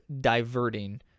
diverting